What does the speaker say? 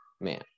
man